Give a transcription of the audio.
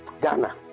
Ghana